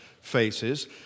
faces